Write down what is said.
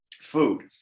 food